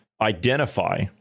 identify